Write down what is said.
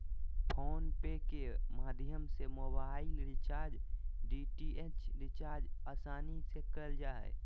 phone पे के माध्यम से मोबाइल रिचार्ज, डी.टी.एच रिचार्ज आसानी से करल जा हय